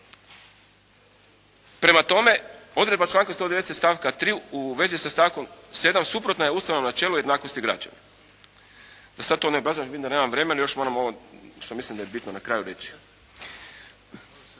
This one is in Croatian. Prema tome odredba članka 190. stavka 3. u vezi sa stavkom 7. suprotna je ustavnom načelu jednakosti građana. Da sada to ne obrazlažem, vidim da nemam vremena, još moram što mislim da je bitno na kraju reći.